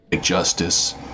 Justice